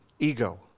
ego